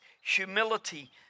humility